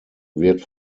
wird